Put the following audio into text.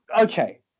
Okay